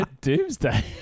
Doomsday